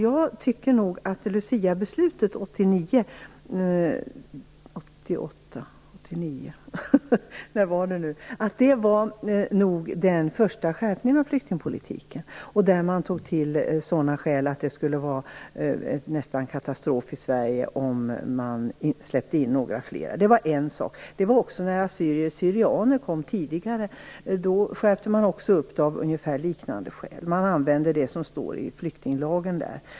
Jag tycker nog att Lucia-beslutet 1989, eller om det var 1988, var den första skärpningen av flyktingpolitiken. Då tog man till sådana skäl som att det nästan skulle kunna bli en katastrof för Sverige. Detsamma gällde tidigare när det kom assyrier och syrianer. Då skärpte man politiken av ungefär samma skäl. Då använde man sig av det som står i flyktinglagen.